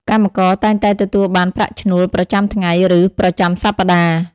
កម្មករតែងតែទទួលបានប្រាក់ឈ្នួលប្រចាំថ្ងៃឬប្រចាំសប្តាហ៍។